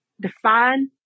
Define